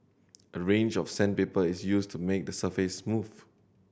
a range of sandpaper is used to make the surface smooth